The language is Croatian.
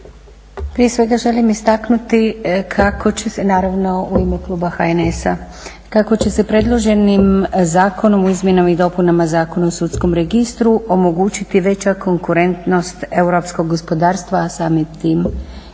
Prije svega želim istaknuti kako će se, naravno u ime kluba HNS-a, kako će se predloženim Zakonom i izmjenama i dopunama Zakona o sudskom registru omogućiti veća konkurentnost europskog gospodarstva a samim time i